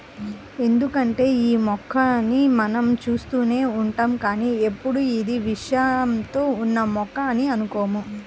ఎందుకంటే యీ మొక్కని మనం చూస్తూనే ఉంటాం కానీ ఎప్పుడూ ఇది విషంతో ఉన్న మొక్క అని అనుకోము